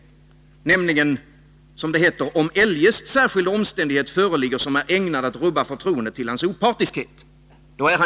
Där heter det ju att den som har att handlägga ett ärende är jävig ”om eljest särskild omständighet föreligger som är ägnad att rubba förtroendet till hans opartiskhet i ärendet”.